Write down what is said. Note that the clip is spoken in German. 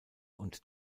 und